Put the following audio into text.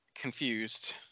confused